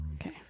Okay